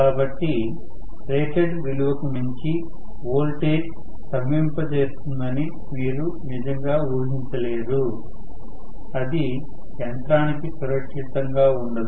కాబట్టి రేటెడ్ విలువకు మించి వోల్టేజ్ స్తంభింపజేస్తుందని మీరు నిజంగా ఊహించలేరు అది యంత్రానికి సురక్షితంగా ఉండదు